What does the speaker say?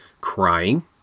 crying